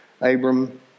Abram